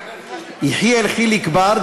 יחיאל חיליק בר,